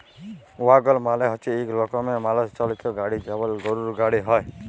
ওয়াগল মালে হচ্যে এক রকমের মালষ চালিত গাড়ি যেমল গরুর গাড়ি হ্যয়